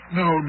no